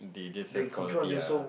they just have quality ah